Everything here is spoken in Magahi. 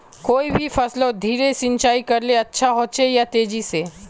कोई भी फसलोत धीरे सिंचाई करले अच्छा होचे या तेजी से?